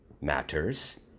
matters